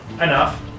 Enough